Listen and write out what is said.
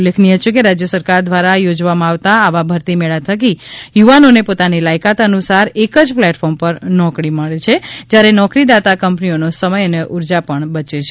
ઉલ્લેખનીય છે કે રાજ્ય સરકાર દ્વારા યોજવામાં આવતા આવા ભરતી મેળા થકી યુવાનોને પાતાની લાયકાત અનુસાર એક જ પ્લેટફોર્મ પર નોકરી મળે છે જ્યારે નોકરીદાતા કંપનીઓનો સમય અને ઉર્જા પણ બચે છે